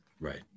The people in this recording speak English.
right